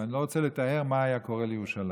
ואני לא רוצה לתאר מה היה קורה לירושלים.